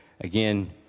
again